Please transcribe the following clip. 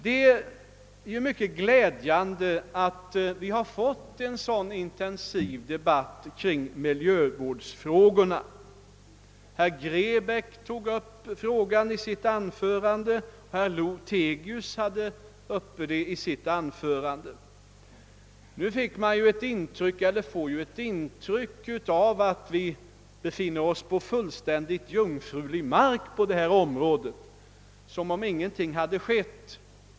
Det är mycket glädjande att vi har fått en så intensiv debatt om miljövårdsfrågorna. Herr Grebäck tog upp frågan i sitt anförande, och herr Lothigius gjorde det också. Man får ju ett intryck av att vi befinner oss på fullständigt jungfrulig mark på detta område som om ingenting hade skett.